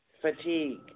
Fatigue